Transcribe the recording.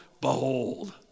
behold